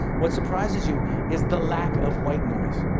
what surprises you is the lack of white noise.